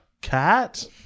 Cat